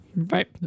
right